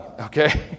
okay